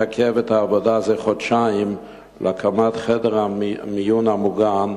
מתעכבת זה חודשיים העבודה להקמת חדר המיון המוגן,